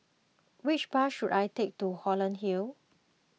which bus should I take to Holland Hill